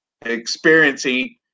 experiencing